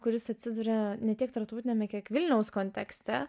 kuris atsiduria ne tiek tarptautiniame kiek vilniaus kontekste